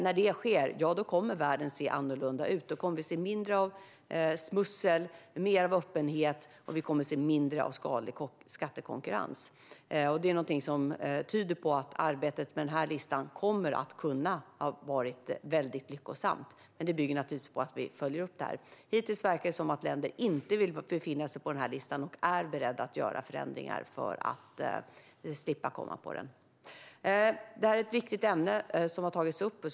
När det sker kommer världen att se annorlunda ut. Då kommer vi att se mindre av smussel, mer av öppenhet och mindre av skadlig skattekonkurrens. Det är någonting som tyder på att arbetet med listan kommer att vara väldigt lyckosamt. Men det bygger på att vi följer upp det. Hittills verkar det som att länder inte vill befinna sig på listan och är beredda att göra förändringar för att slippa komma på den. Det är ett viktigt ämne som har tagits upp.